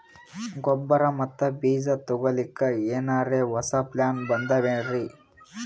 ಗೊಬ್ಬರ ಮತ್ತ ಬೀಜ ತೊಗೊಲಿಕ್ಕ ಎನರೆ ಹೊಸಾ ಪ್ಲಾನ ಬಂದಾವೆನ್ರಿ?